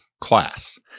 class